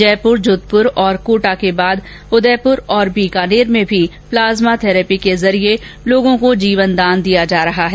जयपूर जोधपूर और कोटा के बाद उदयपूर और बीकानेर में भी प्लाज्मा थेरेपी के जरिये लोगों को जीवनदान दिया जा रहा है